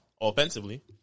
offensively